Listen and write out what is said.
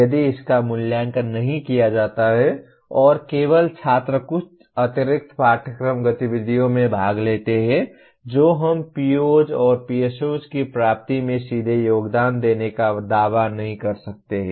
यदि इसका मूल्यांकन नहीं किया जाता है और केवल छात्र कुछ अतिरिक्त पाठयक्रम गतिविधियों में भाग लेते हैं जो हम POs और PSOs की प्राप्ति में सीधे योगदान देने का दावा नहीं कर सकते हैं